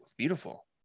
beautiful